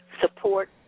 support